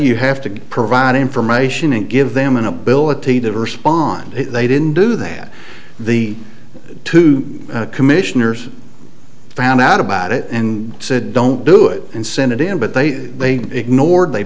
you have to provide information and give them an ability to respond they didn't do that the two commissioners found out about it and said don't do it and send it in but they they ignored they